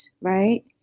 right